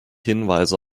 hinweise